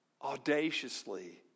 audaciously